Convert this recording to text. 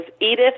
Edith